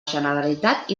generalitat